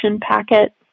packet